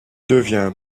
devient